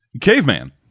Caveman